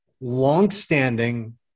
longstanding